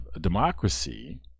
democracy